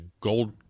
Gold